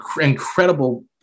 incredible